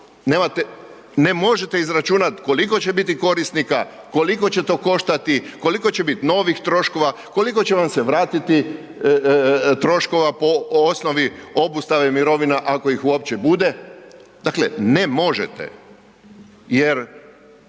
ne možete izračunat koliko će biti korisnika, koliko će to koštati, koliko će bit novih troškova, koliko će vam se vratiti troškova po osnovi obustave mirovina ako ih uopće bude. Dakle, ne možete jer